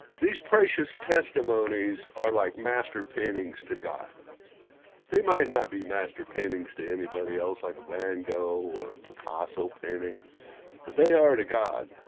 these precious testimonies are like master paintings to god they might not be master paintings to anybody, else like a van gogh or picasso painting but they are to god